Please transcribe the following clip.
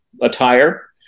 attire